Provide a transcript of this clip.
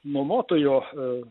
nuomotojo a